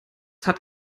hat